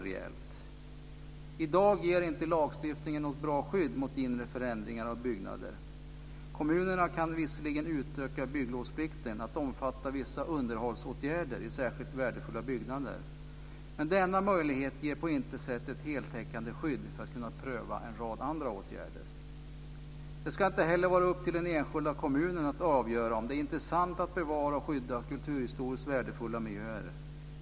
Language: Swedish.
I dag ger inte lagstiftningen något bra skydd mot inre förändringar av byggnader. Kommunerna kan visserligen utöka bygglovsplikten till att omfatta vissa underhållsåtgärder i särskilt värdefulla byggnader. Men denna möjlighet ger på intet sätt ett heltäckande skydd för att kunna pröva en rad andra åtgärder. Det ska inte heller vara upp till den enskilda kommunen att avgöra om det är intressant att bevara och skydda kulturhistoriskt värdefulla miljöer.